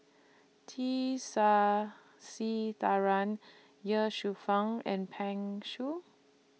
T Sasitharan Ye Shufang and Pan Shou